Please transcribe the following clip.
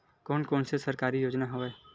कोन कोन से सरकारी योजना हवय?